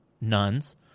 nuns